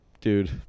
dude